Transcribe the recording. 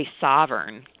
sovereign